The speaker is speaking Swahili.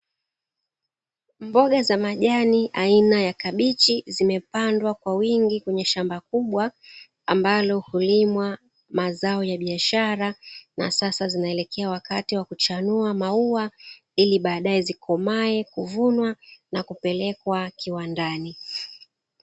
Mboga za majani aina ya kabichi zimepandwa kwa wingi kwenye shamba kubwa, ambalo hulimwa mazao ya biashara na sasa zinaelekea wakati wa kuchanua maua ili badaye zikomae, kuvunwa na kupelekwa kiwandani.